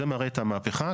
זה מראה את המהפכה.